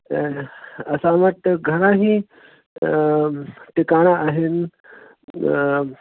असां वटि घणा ई टिकाणा आहिनि